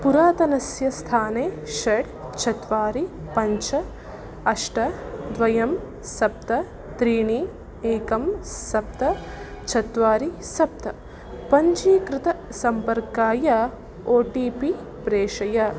पुरातनस्य स्थाने षट् चत्वारि पञ्च अष्ट द्वे सप्त त्रीणि एकं सप्त चत्वारि सप्त पञ्जीकृतसम्पर्काय ओ टि पि प्रेषय